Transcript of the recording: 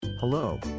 Hello